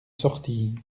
sortie